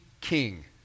King